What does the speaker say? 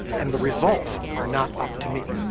and the results are not up to me.